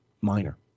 minor